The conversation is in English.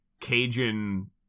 cajun